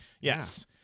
Yes